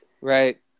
right